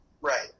Right